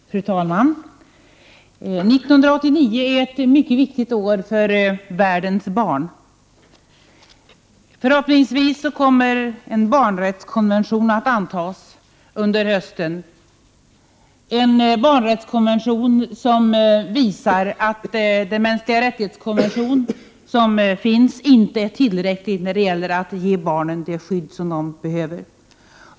Fru talman! 1989 är ett mycket viktigt år för världens barn. Förhoppningsvis kommer en barnrättskonvention att antas under hösten — en konvention som visar att den konvention om de mänskliga rättigheterna som finns inte är tillräcklig när det gäller att ge barnen det skydd som de behöver.